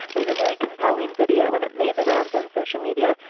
so it's a very compelling video, and it made the rounds on social media.